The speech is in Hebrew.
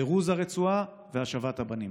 פירוז הרצועה והשבת הבנים.